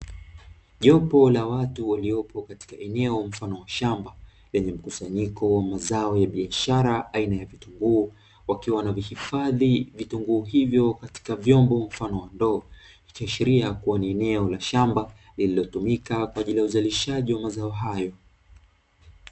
Jopo la watu waliopo katika eneo mfano wa shamba lenye mkusanyiko wa mazao ya biashara aina ya vitunguu, wakiwa wanavihifadhi vitunguu hivyo katika vyombo mfano wa ndoo, ikiashiria kuwa ni eneo la shamba lililotumika kwa ajili ya uzalishaji wa mazao hayo.